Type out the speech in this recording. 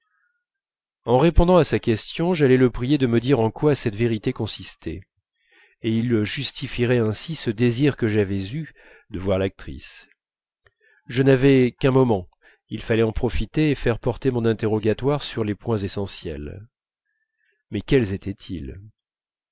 en répondant à sa question j'allais le prier de me dire en quoi cette vérité consistait et il justifierait ainsi ce désir que j'avais eu de voir l'actrice je n'avais qu'un moment il fallait en profiter et faire porter mon interrogatoire sur les points essentiels mais quels